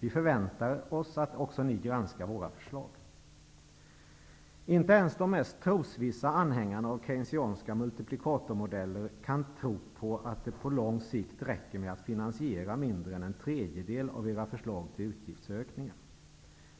Vi förväntar oss att också ni granskar våra förslag. Inte ens de mest trosvissa anhängarna av keynesianska multiplikatormodeller kan tro på att det på lång sikt räcker med att finansiera mindre än en tredjedel av era förslag till utgiftsökningar.